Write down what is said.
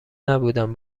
نبودم